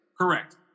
Correct